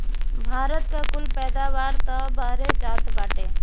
भारत का कुल पैदावार तअ बहरे जात बाटे